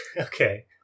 Okay